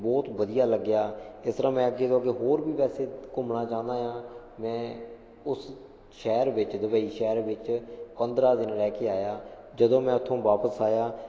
ਬਹੁਤ ਵਧੀਆ ਲੱਗਿਆ ਇਸ ਤਰ੍ਹਾਂ ਮੈਂ ਅੱਗੇ ਤੋਂ ਅੱਗੇ ਹੋਰ ਵੀ ਵੈਸੇ ਘੁੰਮਣਾ ਚਾਹੁੰਦਾ ਏ ਹਾਂ ਮੈਂ ਉਸ ਸ਼ਹਿਰ ਵਿੱਚ ਦੁਬਈ ਸ਼ਹਿਰ ਵਿੱਚ ਪੰਦਰ੍ਹਾਂ ਦਿਨ ਰਹਿ ਕੇ ਆਇਆ ਜਦੋਂ ਮੈਂ ਉਥੋਂ ਵਾਪਸ ਆਇਆ